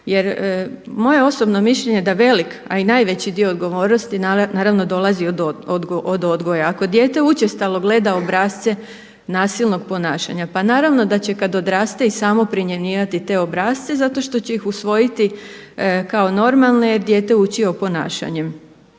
Jer moje je osobno mišljenje da velik, a i najveći dio odgovornosti naravno dolazi od odgoja. Ako dijete učestalo gleda obrasce nasilnog ponašanja, pa naravno da će kad odraste i samo primjenjivati te obrasce zato što će ih usvojiti normalne. Dijete uči o ponašanju.